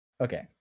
Okay